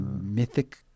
mythic